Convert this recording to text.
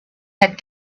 had